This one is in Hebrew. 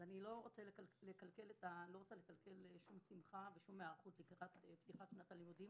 אני לא רוצה לקלקל שום שמחה ושום היערכות לפתיחת שנת הלימודים,